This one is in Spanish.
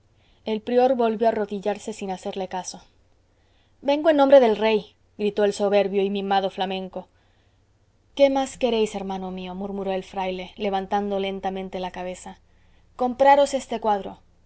el prior volvió a arrodillarse sin hacerle caso vengo en nombre del rey gritó el soberbio y mimado flamenco qué más queréis hermano mío murmuró el fraile levantando lentamente la cabeza compraros este cuadro